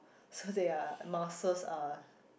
so they are muscles are